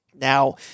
Now